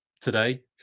today